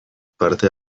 parte